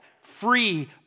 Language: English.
free